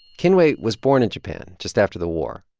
kinue was born in japan just after the war.